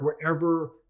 wherever